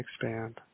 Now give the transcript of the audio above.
expand